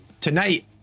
tonight